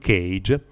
Cage